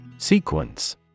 Sequence